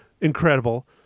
incredible